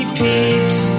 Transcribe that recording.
peeps